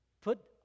Put